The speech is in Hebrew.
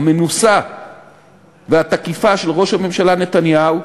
המנוסה והתקיפה של ראש הממשלה נתניהו,